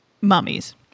mummies